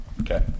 Okay